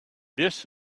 this